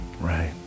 Right